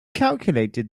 calculated